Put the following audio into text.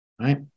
right